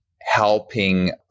helping